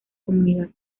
comunidad